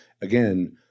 again